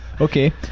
Okay